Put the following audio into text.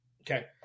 Okay